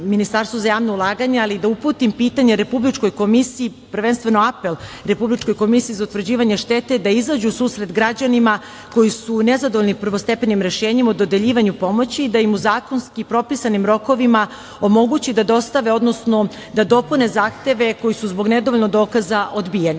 Ministarstvu za javna ulaganja, ali i da uputim pitanje Republičkoj komisiji, prvenstveno apel Republičkoj komisiji za utvrđivanje štete, da izađe u susret građanima koji su nezadovoljni prvostepenim rešenjem o dodeljivanju pomoći i da im u zakonski propisanim rokovima omogući da dostave, odnosno da dopune zahteve koji su zbog nedovoljno dokaza odbijeni. Drugo